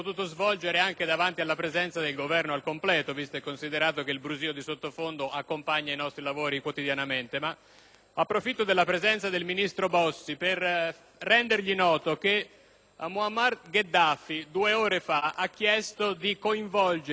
Approfitto della presenza del ministro Bossi per rendergli noto che Muammar Gheddafi, due ore fa, ha chiesto di coinvolgere Osama Bin Laden in un dialogo di pace per cercare in qualche modo di trovare una soluzione politica al terrorismo internazionale.